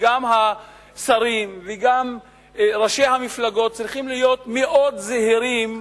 גם השרים וגם ראשי המפלגות צריכים להיות מאוד זהירים,